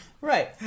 Right